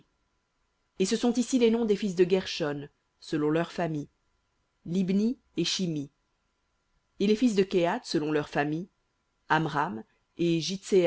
et ce sont ici les noms des fils de guershon selon leurs familles libni et shimhi et les fils de kehath selon leurs familles amram